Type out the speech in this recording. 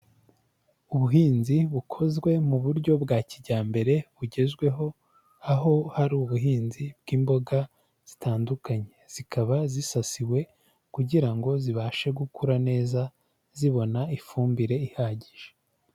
Ubuhinzi bukozwe mu buryo bwa kijyambere bugezweho aho hari ubuhinzi bw'imboga zitandukanye, zikaba zisasiwe kugira ngo zibashe gukura neza zibona ifumbire ihagije.